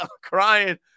crying